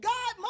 God